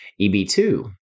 EB2